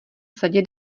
sadě